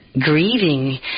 grieving